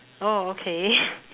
oh okay